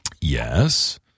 yes